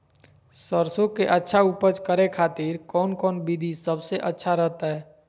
सरसों के अच्छा उपज करे खातिर कौन कौन विधि सबसे अच्छा रहतय?